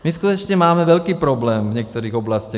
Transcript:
My skutečně máme velký problém v některých oblastech.